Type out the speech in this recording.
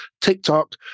TikTok